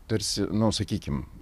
tarsi nu sakykim